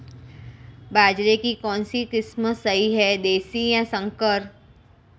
बाजरे की कौनसी किस्म सही हैं देशी या संकर?